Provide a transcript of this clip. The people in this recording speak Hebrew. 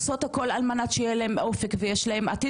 עושות הכול על מנת שיהיה להם אופק ויש להם עתיד